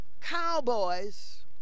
cowboys